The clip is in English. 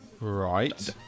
Right